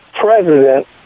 president